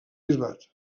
bisbat